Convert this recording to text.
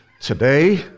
today